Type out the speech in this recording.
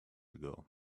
ago